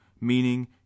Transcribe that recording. meaning